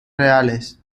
reales